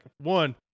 one